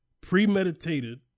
premeditated